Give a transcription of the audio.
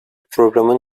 programın